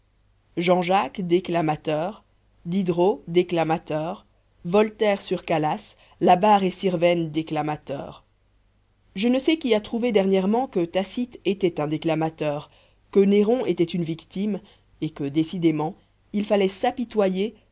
jean-jacques déclamateur diderot déclamateur voltaire sur calas labarre et sirven déclamateur je ne sais qui a trouvé dernièrement que tacite était un déclamateur que néron était une victime et que décidément il fallait s'apitoyer